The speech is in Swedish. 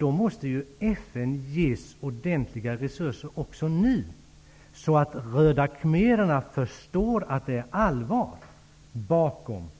FN måste ges ordentliga resurser också nu, så att de röda khmererna förstår att det är allvar bakom